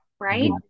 right